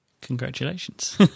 Congratulations